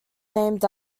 named